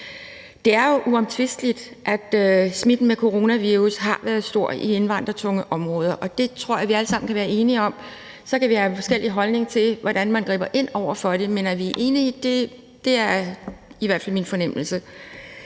Det er jo uomtvisteligt, at smitten med coronavirus har været stor i indvandrertunge områder, og det tror jeg vi alle sammen kan være enige om. Så kan vi have forskellig holdning til, hvordan man griber ind over for det, men at vi er enige, er i hvert fald min fornemmelse.